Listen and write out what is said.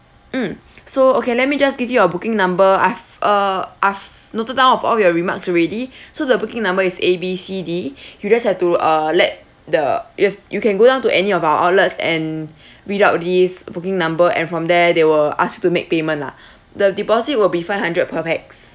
mm so okay let me just give you your booking number I've uh I've noted down of all your remarks already so the booking number is A B C D you just have to uh let the you have you can go down to any of our outlets and read out this booking number and from there they will ask you to make payment lah the deposit will be five hundred per pax